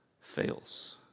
fails